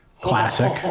Classic